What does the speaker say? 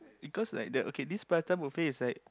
because like the okay this prata buffet is like